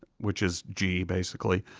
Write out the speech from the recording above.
which is g basically,